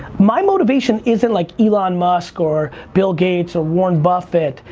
my motivation isn't like elon musk, or bill gates, or warren buffet,